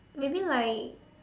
maybe like